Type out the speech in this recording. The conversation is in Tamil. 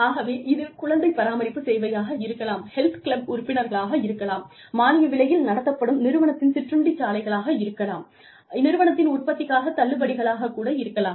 ஆகவே இது குழந்தை பராமரிப்பு சேவையாக இருக்கலாம் ஹெல்த் கிளப் உறுப்பினர்களாக இருக்கலாம் மானிய விலையில் நடத்தப்படும் நிறுவனத்தின் சிற்றுண்டிச்சாலைகளாக இருக்கலாம் நிறுவனத்தின் உற்பத்திக்கான தள்ளுபடிகளாகக் கூட இருக்கலாம்